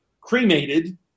cremated